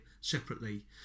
separately